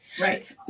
Right